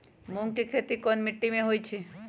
मूँग के खेती कौन मीटी मे होईछ?